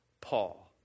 Paul